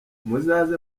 muzaze